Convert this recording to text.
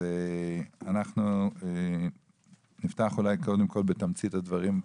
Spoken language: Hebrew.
נפתח בתמצית הדברים.